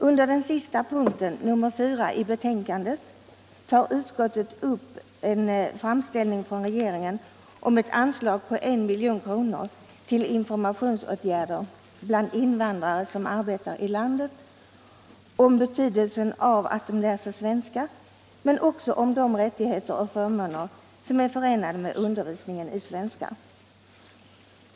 Under den sista punkten, nr 4, i betänkandet tar utskottet upp en framställning från regeringen om ett anslag på 1 milj.kr. till informationsåtgärder bland invandrare, som arbetar här i landet, om betydelsen av att de lär sig svenska men också om de rättigheter och förmåner som är förenade med undervisningen i svenska.